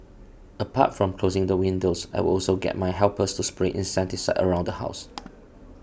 apart from closing the windows I would also get my helper to spray insecticide around the house